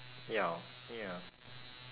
ya ya